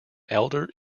elder